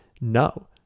no